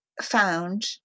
found